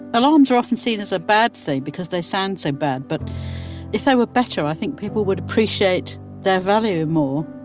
alarms are often seen as a bad thing, because they sound so bad. but if they were better, i think people would appreciate their value more.